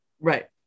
Right